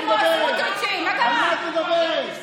על מה את מדברת?